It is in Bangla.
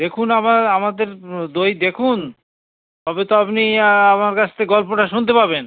দেখুন আমার আমাদের দই দেখুন তবে তো আপনি আমার কাছ থেকে গল্পটা শুনতে পাবেন